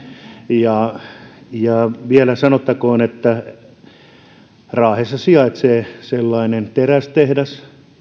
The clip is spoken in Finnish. ja vielä sanottakoon että raahessa sijaitsee sellainen terästehdas